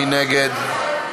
מי נגד?